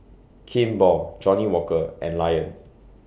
Kimball Johnnie Walker and Lion